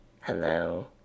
Hello